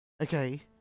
Okay